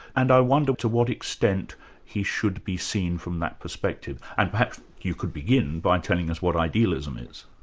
and i wonder to what extent he should be seen from that perspective, and perhaps you could begin by telling us what idealism is.